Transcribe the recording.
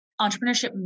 entrepreneurship